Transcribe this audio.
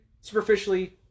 superficially